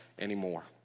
anymore